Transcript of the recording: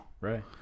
Right